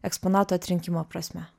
eksponato atrinkimo prasme